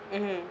mmhmm